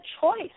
choice